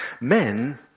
men